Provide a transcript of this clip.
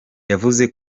yavuze